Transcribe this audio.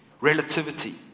relativity